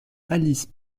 alice